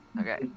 Okay